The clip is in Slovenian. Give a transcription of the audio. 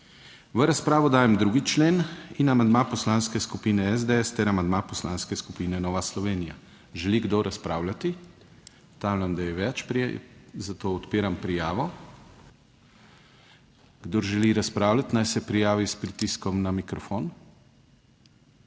V razpravo dajem 2. člen in amandma Poslanske skupine SDS ter amandma Poslanske skupine Nova Slovenija. Želi kdo razpravljati? Ugotavljam, da je več, zato odpiram prijavo. Kdo želi razpravljati? Naj se prijavi s pritiskom na mikrofon.